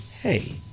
hey